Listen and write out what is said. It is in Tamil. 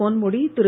பொன்முடி திரு